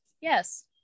yes